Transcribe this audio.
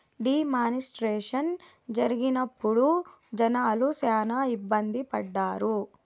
D మానిస్ట్రేషన్ జరిగినప్పుడు జనాలు శ్యానా ఇబ్బంది పడ్డారు